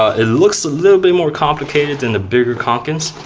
it looks a little bit more complicated than the bigger kankens,